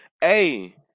hey